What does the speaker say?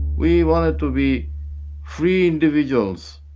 we wanted to be free individuals